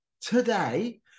today